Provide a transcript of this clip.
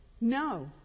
No